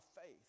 faith